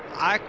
i